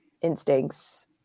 instincts